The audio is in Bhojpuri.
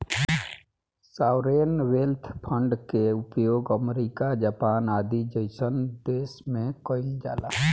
सॉवरेन वेल्थ फंड के उपयोग अमेरिका जापान आदि जईसन देश में कइल जाला